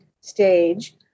stage